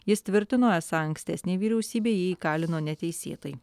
jis tvirtino esą ankstesnė vyriausybė jį įkalino neteisėtai